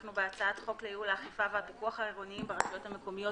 אנחנו בהצעת חוק לייעול האכיפה והפיקוח העירוניים ברשויות המקומיות,